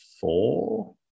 four